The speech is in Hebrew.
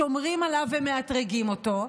שומרים עליו ומאתרגים אותו.